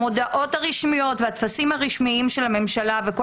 המודעות הרשמיות והטפסים הרשמיים של הממשלה וכל